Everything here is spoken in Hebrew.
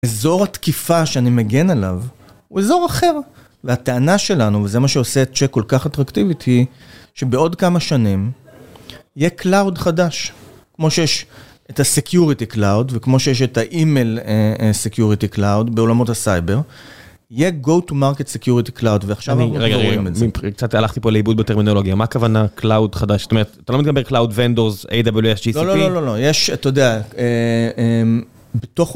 אזור התקיפה שאני מגן עליו, הוא אזור אחר. והטענה שלנו, וזה מה שעושה את צ'ק כל כך אטראקטיבית היא, שבעוד כמה שנים יהיה Cloud חדש. כמו שיש את ה-Security Cloud, וכמו שיש את ה-Email Security Cloud בעולמות הסייבר, יהיה Go-To-Market Security Cloud, ועכשיו אנחנו כבר רואים את זה. אני, רגע, רגע, אני קצת הלכתי פה לאיבוד בטרמינולוגיה. מה הכוונה קלאוד חדש? זאת אומרת, אתה לא מדבר קלאוד ונדורס, AWS, GCP? לא לא לא לא, לא. יש, אתה יודע, בתוך...